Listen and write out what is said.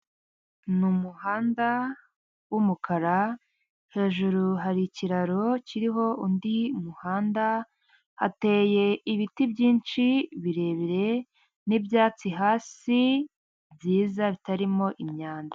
Ni umuhanda w'umukara hejuru hari ikiraro kiriho undi muhanda hateye ibiti byinshi birebire n'ibyatsi hasi byiza bitarimo imyanda.